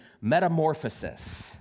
Metamorphosis